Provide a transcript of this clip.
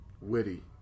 Witty